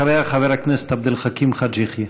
אחריה, חבר הכנסת עבד אל חכים חאג' יחיא.